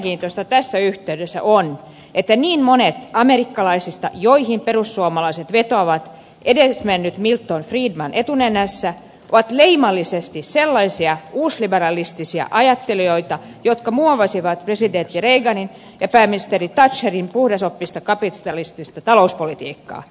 mielenkiintoista tässä yhteydessä on että niin monet amerikkalaisista joihin perussuomalaiset vetoavat edesmennyt milton friedman etunenässä ovat leimallisesti sellaisia uusliberalistisia ajattelijoita jotka muo vasivat presidentti reaganin ja pääministeri thatcherin puhdasoppista kapitalistista talouspolitiikkaa